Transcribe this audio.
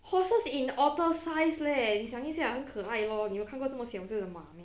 horses in otter size leh 你想一下很可爱 lor 你有看过这么小只的吗